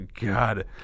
god